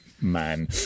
man